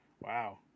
Wow